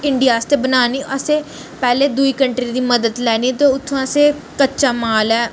India आस्तै बनानी असें पैह्ले दुई कंट्री दी मदद लैनी ते उत्थुं असें कच्चा माल ऐ